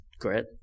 great